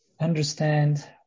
understand